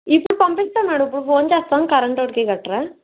ఇప్పుడు పంపిస్తాం మేడం ఇప్పుడు ఫోన్ చేస్తా కరెంటోడికి గట్రా